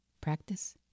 Practice